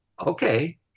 Okay